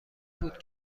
بود